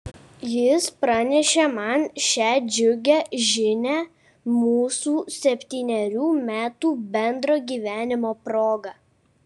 jis pranešė man šią džiugią žinią mūsų septynerių metų bendro gyvenimo proga